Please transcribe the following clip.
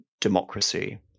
democracy